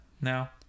now